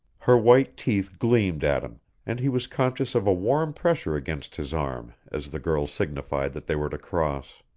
her white teeth gleamed at him and he was conscious of a warm pressure against his arm as the girl signified that they were to cross.